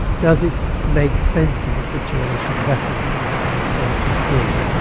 does it make sense of the situation, that's if and you have an alternative theory.